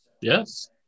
Yes